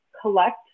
collect